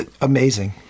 amazing